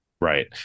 Right